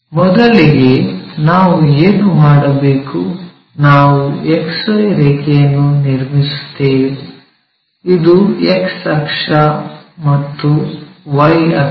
ಮೊದಲಿಗೆ ನಾವು ಏನು ಮಾಡಬೇಕು ನಾವು XY ರೇಖೆಯನ್ನು ನಿರ್ಮಿಸುತ್ತೇವೆ ಇದು X ಅಕ್ಷ ಮತ್ತು Y ಅಕ್ಷ